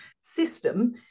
system